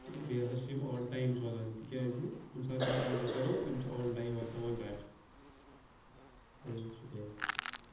تہٕ بیٚیہِ ہَسا چھِ یِم آن ٹایم سوزان تِکیٛازِ ییٚمہِ ساتہٕ أسۍ آرڈَر کَرو یِم چھِ آن ٹایم واتناوان گَر اَدٕ حظ شُکریہ